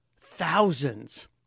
thousands